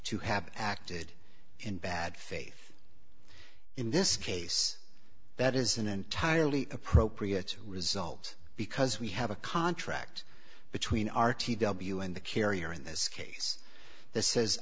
to have acted in bad faith in this case that is an entirely appropriate result because we have a contract between r t w and the carrier in this case the says